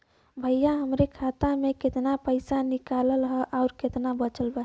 भईया हमरे खाता मे से कितना पइसा निकालल ह अउर कितना बचल बा?